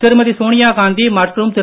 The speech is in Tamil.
திருமதி சோனியா காந்தி மற்றும் திரு